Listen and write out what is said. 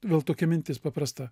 vėl tokia mintis paprasta